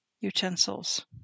utensils